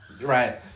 Right